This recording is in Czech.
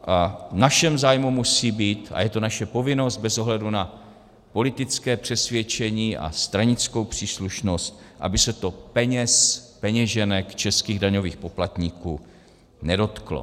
A v našem zájmu musí být a je to naše povinnost bez ohledu na politické přesvědčení a stranickou příslušnost, aby se to peněz, peněženek českých daňových poplatníků nedotklo.